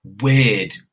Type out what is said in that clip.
Weird